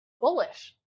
bullish